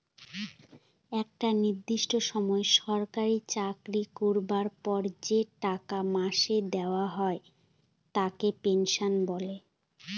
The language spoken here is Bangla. একটা নির্দিষ্ট সময় সরকারি চাকরি করবার পর যে টাকা মাসে দেওয়া হয় তাকে পেনশন বলে